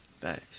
Thanks